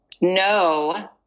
no